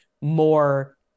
more